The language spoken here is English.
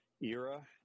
era